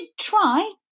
try